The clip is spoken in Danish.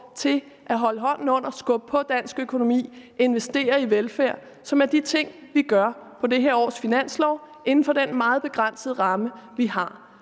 til at holde hånden under og skubbe på dansk økonomi, investere i velfærd, som er de ting, vi gør på det her års finanslov inden for den meget begrænsede ramme, vi har.